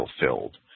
fulfilled